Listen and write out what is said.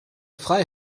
frei